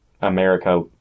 America